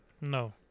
No